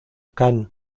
kan